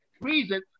reason